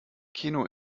keno